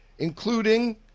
including